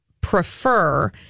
prefer